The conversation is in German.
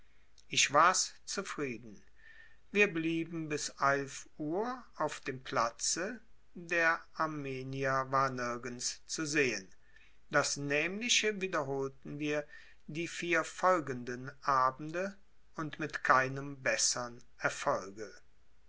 ich wars zufrieden wir blieben bis eilf uhr auf dem platze der armenier war nirgends zu sehen das nämliche wiederholten wir die vier folgenden abende und mit keinem bessern erfolge